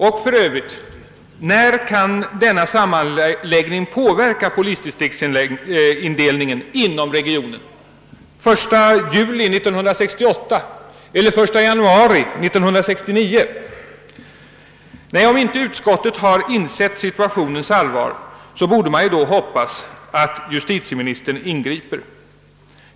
När kan för övrigt denna sammanläggning påverka polisdistriktsindelningen inom regionen? Den 1 juli 1968 eller den 1 januari 19692? Nej, om inte utskottet har insett situationens allvar måste man hoppas att justitieminisitern ingriper.